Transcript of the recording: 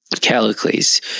Callicles